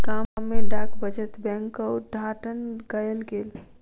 गाम में डाक बचत बैंकक उद्घाटन कयल गेल